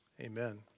Amen